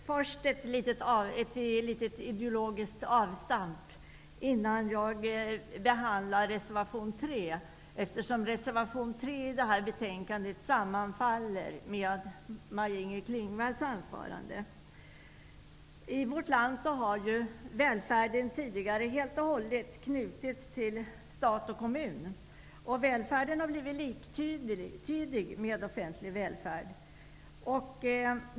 Herr talman! Innan jag börjar tala om reservation 3 vill jag göra ett litet ideologiskt avstamp. Reservation 3 sammanfaller nämligen med det som I vårt land har välfärden tidigare helt och hållet knutits till stat och kommun. Välfärden har blivit liktydig med offentlig välfärd.